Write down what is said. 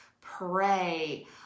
pray